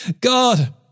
God